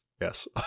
Yes